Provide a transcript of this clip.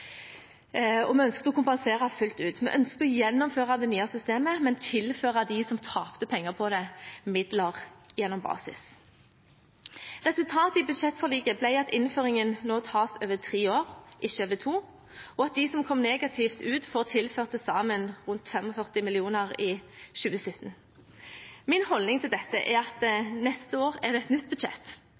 og vi ønsket å kompensere fullt ut. Vi ønsket å gjennomføre det nye systemet, men tilføre dem som tapte penger på det, midler gjennom basis. Resultatet i budsjettforliket ble at innføringen nå tas over tre år, ikke to, og at de som kommer negativt ut, får tilført til sammen 45 mill. kr i 2017. Min holdning til dette er at neste år er det et nytt budsjett,